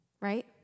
right